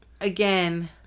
again